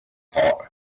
thought